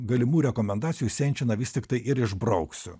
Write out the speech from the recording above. galimų rekomendacijų senčiną vis tiktai ir išbrauksiu